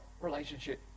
relationship